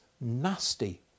nasty